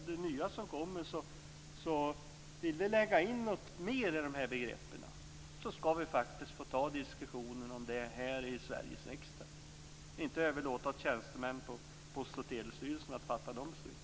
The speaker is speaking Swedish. Om vi när det gäller det nya som kommer vill lägga in mer i begreppen skall vi ta den diskussionen om det här i Sveriges riksdag. Vi skall inte överlåta åt tjänstemän på Post och Telestyrelsen att fatta de besluten.